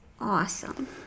Awesome